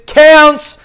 counts